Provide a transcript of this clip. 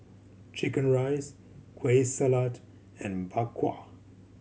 chicken rice Kueh Salat and Bak Kwa